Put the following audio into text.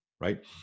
Right